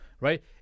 right